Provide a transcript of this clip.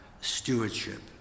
stewardship